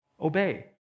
obey